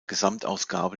gesamtausgabe